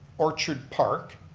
orchard park,